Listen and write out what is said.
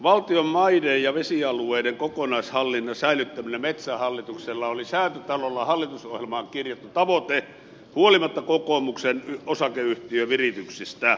valtion maiden ja vesialueiden kokonaishallinnan säilyttäminen metsähallituksella oli säätytalolla hallitusohjelmaan kirjattu tavoite huolimatta kokoomuksen osakeyhtiövirityksistä